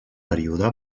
període